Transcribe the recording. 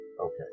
Okay